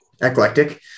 eclectic